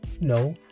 no